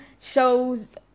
shows